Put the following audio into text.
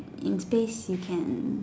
in space you can